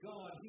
God